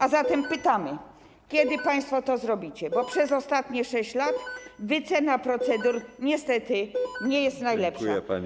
A zatem pytamy, kiedy państwo to zrobicie, bo przez ostatnie 6 lat wycena procedur niestety nie jest najlepsza.